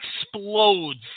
explodes